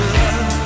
love